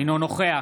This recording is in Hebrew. אינו נוכח